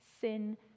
sin